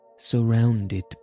Surrounded